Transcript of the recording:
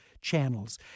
channels